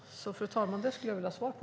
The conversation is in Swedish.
Fru talman! Det skulle jag vilja ha svar på.